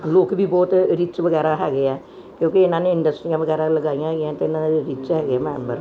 ਲੋਕ ਵੀ ਬਹੁਤ ਰਿਚ ਵਗੈਰਾ ਹੈਗੇ ਆ ਕਿਉਂਕਿ ਇਹਨਾਂ ਨੇ ਇੰਡਸਟਰੀਆਂ ਵਗੈਰਾ ਲਗਾਈਆਂ ਗਈਆਂ ਤੇ ਇਹਨਾਂ ਦੇ ਵੀ ਰਿਚ ਹੈਗੇ ਆ ਮੈਂਬਰ